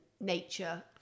nature